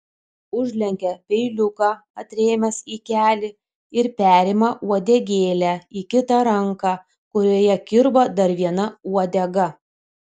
užlenkia peiliuką atrėmęs į kelį ir perima uodegėlę į kitą ranką kurioje kirba dar viena uodega